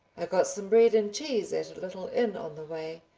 i got some bread and cheese at a little inn on the way,